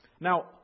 Now